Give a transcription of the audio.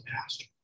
pastor